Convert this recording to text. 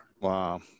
Wow